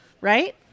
right